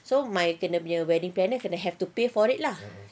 so my kita punya wedding planner kena have to